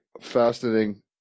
Fascinating